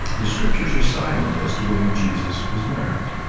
the scriptures are silent as to whether jesus was married.